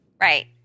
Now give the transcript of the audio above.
Right